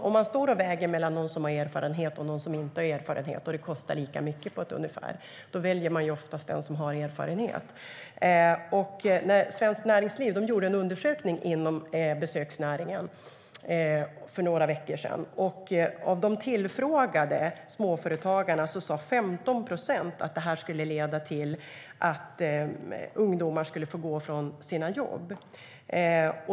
Om man står och väger mellan att välja någon med erfarenhet eller någon som inte har erfarenhet och det kostar ungefär lika mycket att anställa dem väljer man oftast den som har erfarenhet. Svenskt Näringsliv gjorde en undersökning inom besöksnäringen för några veckor sedan. Och av de tillfrågade småföretagarna sa 15 procent att höjda arbetsgivaravgifter för unga skulle leda till att ungdomar får gå från sina jobb.